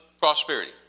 prosperity